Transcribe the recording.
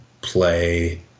play